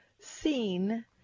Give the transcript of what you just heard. seen